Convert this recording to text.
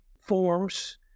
forms